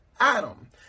Adam